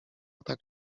tak